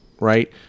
right